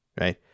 right